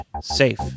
safe